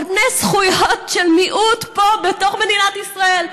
על פני זכויות של מיעוט פה בתוך מדינת ישראל,